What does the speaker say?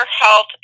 health